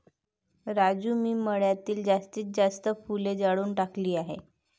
राजू मी मळ्यातील जास्तीत जास्त फुले जाळून टाकली आहेत